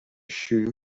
shoe